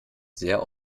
sehr